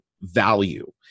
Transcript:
value